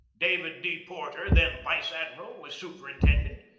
david d. porter, then vice-admiral, was superintendent,